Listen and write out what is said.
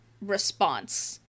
response